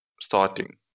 starting